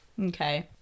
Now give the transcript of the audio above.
Okay